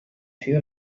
fût